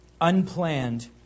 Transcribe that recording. unplanned